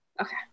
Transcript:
Okay